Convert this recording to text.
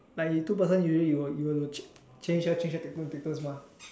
like if two person usually you will you will cha~ change here change here take turns mah